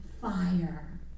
fire